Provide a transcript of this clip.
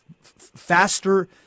faster